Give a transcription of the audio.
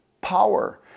power